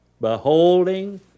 beholding